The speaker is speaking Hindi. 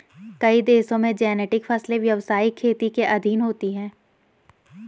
कई देशों में जेनेटिक फसलें व्यवसायिक खेती के अधीन होती हैं